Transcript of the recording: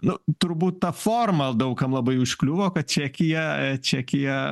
nu turbūt ta forma daug kam labai užkliuvo kad čekyje čekyje